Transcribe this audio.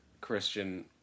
Christian